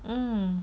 um